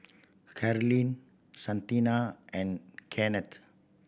Carlene Santina and Kennith